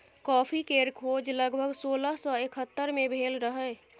coffee केर खोज लगभग सोलह सय एकहत्तर मे भेल रहई